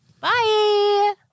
Bye